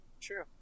True